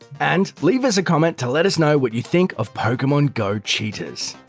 and leave us a comment to let us know what you think of pokemon go cheaters,